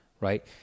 right